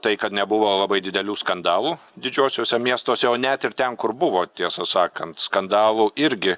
tai kad nebuvo labai didelių skandalų didžiuosiuose miestuose o net ir ten kur buvo tiesą sakant skandalų irgi